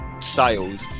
sales